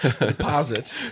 deposit